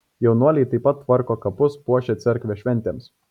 jaunuoliai taip pat tvarko kapus puošia cerkvę šventėms